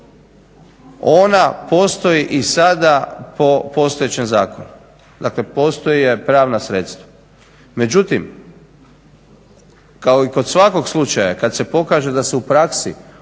ona postoji i sada po postojećem zakonu, dakle postoje pravna sredstva. Međutim, kao i kod svakog slučaja kada se pokaže da se u praksi ona